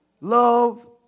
Love